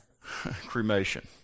Cremation